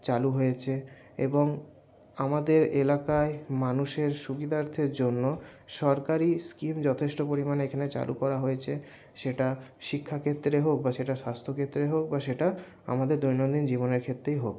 চালু হয়েছে এবং আমাদের এলাকায় মানুষের সুবিধার্থের জন্য সরকারি স্কিম যথেষ্ট পরিমাণে এখানে চালু করা হয়েছে সেটা শিক্ষা ক্ষেত্রে হোক বা সেটা স্বাস্থ্য ক্ষেত্রে হোক বা সেটা আমাদের দৈনন্দিন জীবনের ক্ষেত্রেই হোক